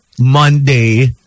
Monday